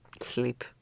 Sleep